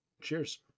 Cheers